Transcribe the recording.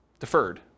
Deferred